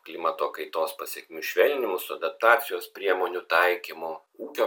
klimato kaitos pasekmių švelninimu su adaptacijos priemonių taikymu ūkio